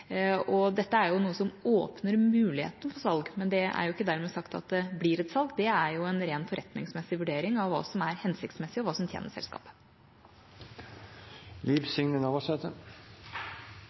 Dette er jo noe som åpner muligheten for salg, men det er ikke dermed sagt at det blir et salg. Det er en rent forretningsmessig vurdering av hva som er hensiktsmessig, og hva som